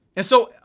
and so,